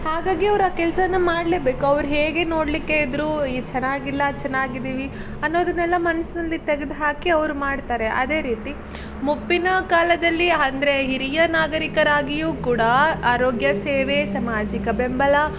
ಹಾಗಾಗಿ ಅವ್ರು ಆ ಕೆಲಸನ ಮಾಡಲೇಬೇಕು ಅವ್ರು ಹೇಗೆ ನೋಡಲಿಕ್ಕೆ ಇದ್ದರೂ ಚೆನ್ನಾಗಿಲ್ಲ ಚೆನ್ನಾಗಿದ್ದೀವಿ ಅನ್ನೋದನ್ನೆಲ್ಲ ಮನಸ್ನಲ್ಲಿ ತೆಗ್ದು ಹಾಕಿ ಅವರು ಮಾಡ್ತಾರೆ ಅದೇ ರೀತಿ ಮುಪ್ಪಿನ ಕಾಲದಲ್ಲಿ ಅಂದರೆ ಹಿರಿಯ ನಾಗರಿಕರಾಗಿಯೂ ಕೂಡ ಆರೋಗ್ಯ ಸೇವೆ ಸಾಮಾಜಿಕ ಬೆಂಬಲ